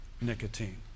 nicotine